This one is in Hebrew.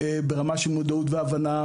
ברמה של מודעות והבנה,